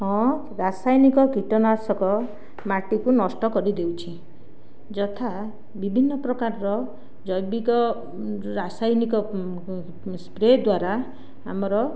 ହଁ ରାସାୟନିକ କୀଟନାଶକ ମାଟିକୁ ନଷ୍ଟ କରିଦେଉଛି ଯଥା ବିଭିନ୍ନପ୍ରକାରର ଜୈବିକ ରାସାୟନିକ ସ୍ପ୍ରେ ଦ୍ଵାରା ଆମର